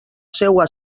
seua